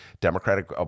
Democratic